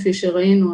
כפי שראינו,